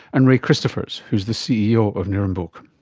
and ray christophers who is the ceo of nirrumbuk.